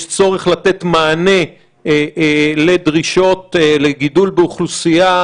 יש צורך לתת מענה לדרישות של גידול באוכלוסייה,